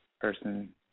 person